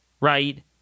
right